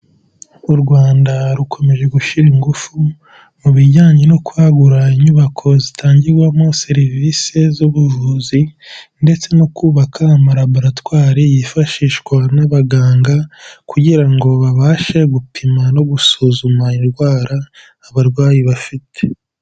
U Rwanda rukomeje gushyira ingufu, mu bijyanye no kwagura inyubako zitangirwamo serivisi z'ubuvuzi ndetse no kubaka amalabaratwari yifashishwa n'abaganga kugira ngo babashe gupima no gusuzuma indwara abarwayi bafite.